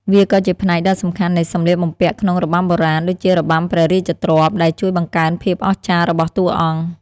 វាក៏ជាផ្នែកដ៏សំខាន់នៃសំលៀកបំពាក់ក្នុង របាំបុរាណ (ដូចជារបាំព្រះរាជទ្រព្យ) ដែលជួយបង្កើនភាពអស្ចារ្យរបស់តួអង្គ។